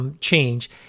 change